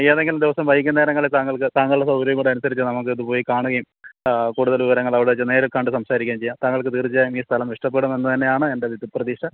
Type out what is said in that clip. ഏതെങ്കിലും ദിവസം വൈകുന്നേരങ്ങളിൽ താങ്കൾക്ക് താങ്കളുടെ സൗകര്യം കൂടി അനുസരിച്ച് നമുക്കതു പോയി കാണുകയും കൂടുതൽ വിവരങ്ങൾ അവിടെ വെച്ച് നേരിൽ കണ്ട് സംസാരിക്കുകയും ചെയ്യാം താങ്കൾക്ക് തീർച്ചയായും ഈ സ്ഥലം ഇഷ്ടപ്പെടുമെന്നു തന്നെയാണ് എൻ്റെ ഒരു ഇത് പ്രതീക്ഷ